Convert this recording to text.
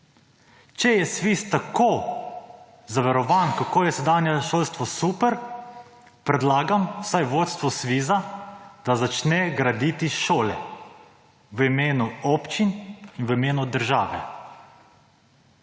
Če je SVIS tako zavarovan kako je sedanje šolstvo super predlagam vsaj vodstvu SVIS-a, da začne graditi šole v imenu občin in v imenu države,